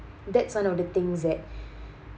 that's one of the things that